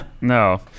no